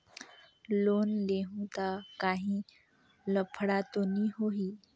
Loan लेहूं ता काहीं लफड़ा तो नी होहि?